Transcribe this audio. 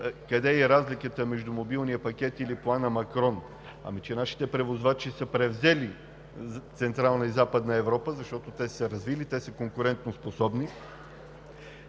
къде е разликата между Мобилния пакет или плана „Макрон“? Нашите превозвачи са превзели Централна и Западна Европа, защото са се развили, те са конкурентоспособни.